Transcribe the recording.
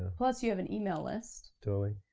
plus, you have an email list. totally.